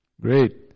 Great